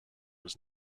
was